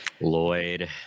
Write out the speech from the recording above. Lloyd